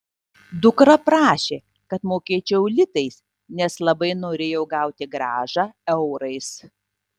dukra prašė kad mokėčiau litais nes labai norėjo gauti grąžą eurais